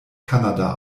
kanada